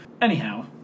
anyhow